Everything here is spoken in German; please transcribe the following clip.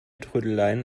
trödeleien